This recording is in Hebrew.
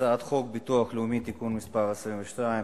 הצעת חוק הביטוח הלאומי (תיקון מס' 22),